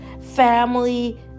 Family